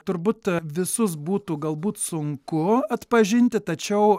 turbūt visus būtų galbūt sunku atpažinti tačiau